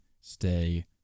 stay